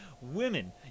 Women